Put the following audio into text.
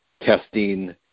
testing